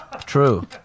True